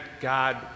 God